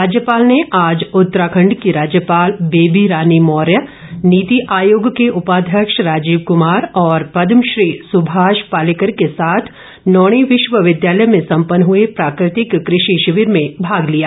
राज्यपाल ने आज उत्तराखंड की राज्यपाल बेबी रानी मौर्य नीति आयोग के उपाध्यक्ष राजीव कुमार और पदमश्री सुभाष पालेकर के साथ नौणी विश्वविद्यालय में संपन्न हुए प्राकृतिक कृषि शिविर में भाग लिया